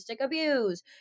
abuse